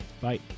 Bye